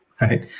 Right